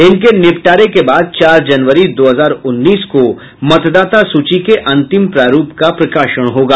इनके निपटारे के बाद चार जनवरी दो हजार उन्नीस को मतदाता सूची के अंतिम प्रारूप का प्रकाशन होगा